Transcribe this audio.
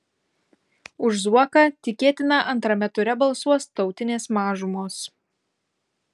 už zuoką tikėtina antrame ture balsuos tautinės mažumos